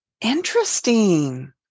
Interesting